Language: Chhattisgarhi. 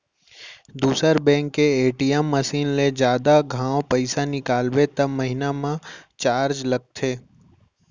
दूसर बेंक के ए.टी.एम मसीन ले जादा घांव पइसा निकालबे त महिना म चारज लगथे